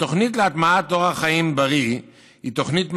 התוכנית להטמעת אורח חיים בריא היא תוכנית מערכתית,